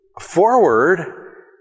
forward